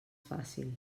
fàcil